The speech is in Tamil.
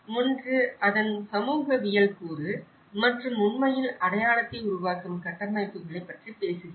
ஒன்று அதன் சமூகவியல் கூறு மற்றும் உண்மையில் அடையாளத்தை உருவாக்கும் கட்டமைப்புகளைப் பற்றி பேசுகிறது